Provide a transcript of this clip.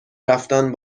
رفتن